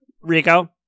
Rico